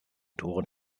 toren